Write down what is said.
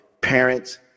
Parents